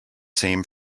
same